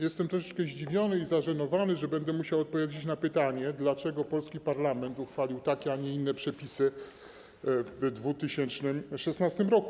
Jestem troszeczkę zdziwiony i zażenowany, że będę musiał odpowiedzieć na pytanie, dlaczego polski parlament uchwalił takie, a nie inne, przepisy w 2016 r.